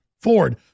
Ford